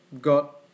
got